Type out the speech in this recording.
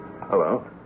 Hello